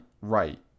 right